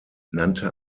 nannte